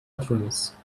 utterance